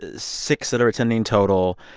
ah six that are attending total.